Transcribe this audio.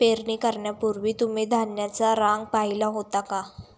पेरणी करण्यापूर्वी तुम्ही धान्याचा रंग पाहीला होता का?